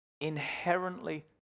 inherently